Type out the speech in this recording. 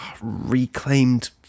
reclaimed